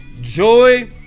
joy